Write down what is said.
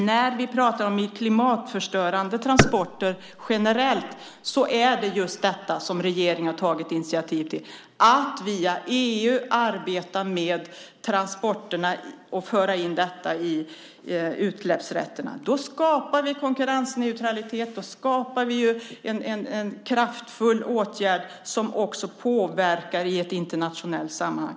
När vi talar om klimatförstörande transporter generellt är det som regeringen har tagit initiativ till att via EU arbeta med transporterna och föra in dem i utsläppsrätterna. Då skapar vi konkurrensneutralitet och en kraftfull åtgärd som också påverkar i ett internationellt sammanhang.